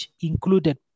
included